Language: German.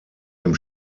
dem